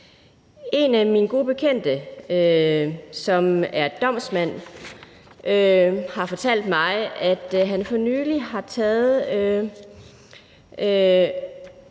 En af mine gode bekendte, som er domsmand, har fortalt mig, at han for nylig under